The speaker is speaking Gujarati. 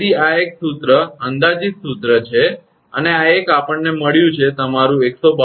તેથી આ એક સૂત્ર અંદાજિત સૂત્ર છે અને આ એક આપણને મળ્યું છે કે તમારું 152